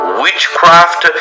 witchcraft